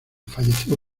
falleció